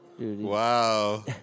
Wow